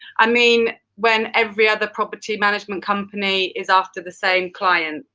i mean, when every other property management company is after the same client,